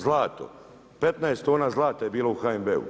Zlato, 15 tona zlata je bilo u HNB-u.